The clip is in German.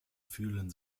fühlen